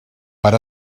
per